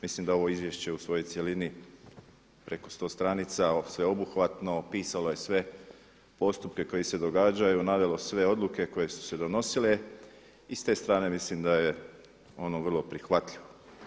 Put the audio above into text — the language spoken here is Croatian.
Mislim da ovo izvješće u svojoj cjelini preko sto stranica, sveobuhvatno, opisalo je sve postupke koje se događaju, navelo sve odluke koje su se donosile i s te strane mislim da je ono vrlo prihvatljivo.